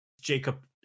Jacob